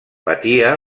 patia